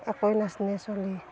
একোৱে নাজনে চলি